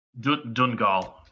Dungal